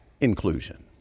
inclusion